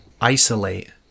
isolate